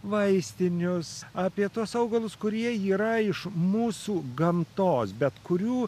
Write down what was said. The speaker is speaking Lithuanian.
vaistinius apie tuos augalus kurie yra iš mūsų gamtos bet kurių